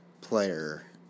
player